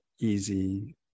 easy